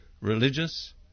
Religious